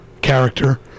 Character